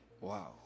Wow